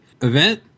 event